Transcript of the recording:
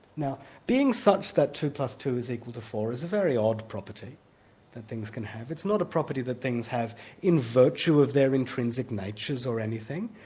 now being such that two plus two is equal to four is a very odd property that things can have. it's not a property that things have in virtue of their intrinsic natures or anything.